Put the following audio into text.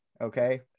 okay